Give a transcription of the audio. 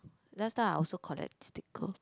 last time I also collect sticker